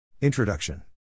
Introduction